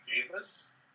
Davis